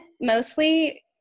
mostly